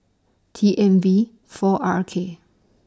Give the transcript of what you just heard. T M V four R K